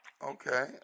Okay